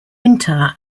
winter